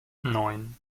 neun